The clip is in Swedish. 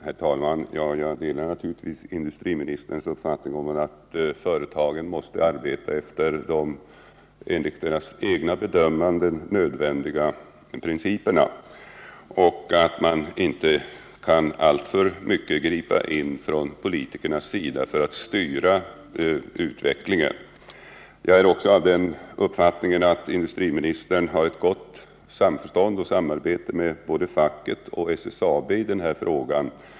Herr talman! Jag delar naturligtvis industriministerns uppfattning att företagen måste arbeta efter de enligt deras egna bedömningar nödvändiga principerna och att politikerna inte kan gripa in alltför mycket för att styra utvecklingen. Jag är också av den uppfattningen att industriministern har ett gott samförstånd och ett bra samarbete med både facket och SSAB i den här frågan.